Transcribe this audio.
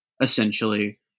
essentially